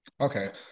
Okay